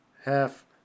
Half